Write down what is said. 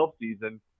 season